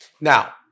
Now